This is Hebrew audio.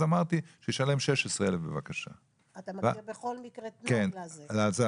אז אמרתי שישלם 16,000. אתה מגדיר בכל מקרה תנאי לזה.